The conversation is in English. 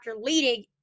leading